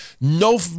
no